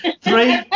Three